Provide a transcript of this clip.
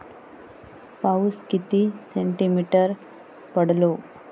पाऊस किती सेंटीमीटर पडलो?